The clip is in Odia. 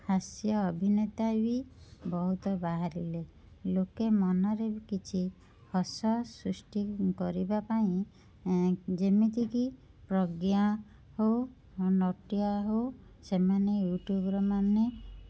ହାସ୍ୟ ଅଭିନେତା ବି ବହୁତ ବାହାରିଲେ ଲୋକେ ମନରେ ବି କିଛି ହସ ସୃଷ୍ଟି କରିବା ପାଇଁ ଯେମିତିକି ପ୍ରଜ୍ଞା ହଉ ନଟିଆ ହଉ ସେମାନେ ୟୁଟୁବର୍ମାନେ